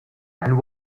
and